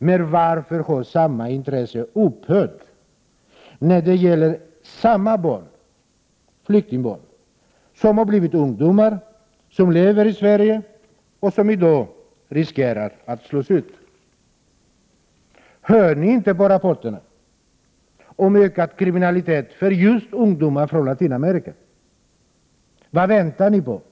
Men varför har samma intresse upphört när det gäller samma barn, flyktingbarnen, som har blivit ungdomar och som lever i Sverige och som i dag riskerar att slås ut? Lyssnar ni inte till rapporterna om ökad kriminalitet när det gäller ungdomar just från Latinamerika? Vad väntar ni i folkpartiet på?